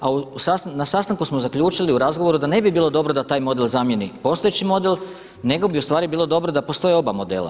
A na sastanku smo zaključili u razgovoru, da ne bi bilo dobro da taj model zamijeni postojeći model, nego bi u stvari bilo dobro da postoje oba modela.